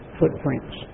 footprints